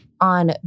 on